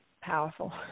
powerful